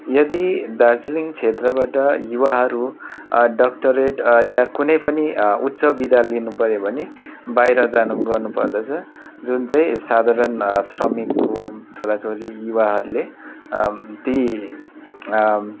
यदि दार्जिलिङ क्षेत्रबाट युवाहरू डक्टरेट या कुनै पनि उच्च विद्या लिनुपर्यो भने बाहिर जाने गर्नु पर्दछ जुन चाहिँ साधारण श्रमिकको छोरा छोरी युवाहरूले ती